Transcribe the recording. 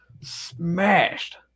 smashed